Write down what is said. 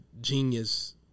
genius